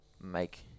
make